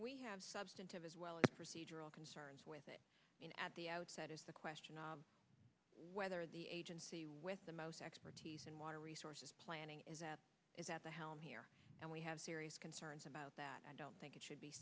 we have substantive as well as procedural concerns with it in at the outset is the question of whether the agency with the most expertise and water resources planning is at the helm here and we have serious concerns about that i don't think it should be